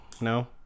no